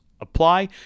apply